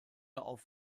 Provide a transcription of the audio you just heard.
auf